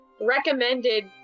recommended